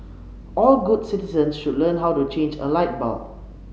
all good citizens should learn how to change a light bulb